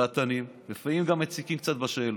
דעתנים, לפעמים גם מציקים קצת בשאלות.